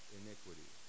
iniquity